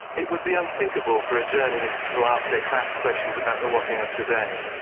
it would be unthinkable for a journalist to ask her crass questions about the washing up today.